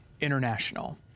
International